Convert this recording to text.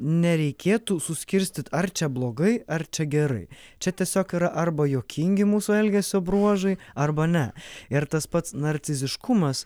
nereikėtų suskirstyt ar čia blogai ar čia gerai čia tiesiog yra arba juokingi mūsų elgesio bruožai arba ne ir tas pats narciziškumas